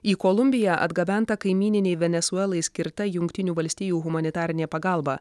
į kolumbiją atgabenta kaimyninei venesuelai skirta jungtinių valstijų humanitarinė pagalba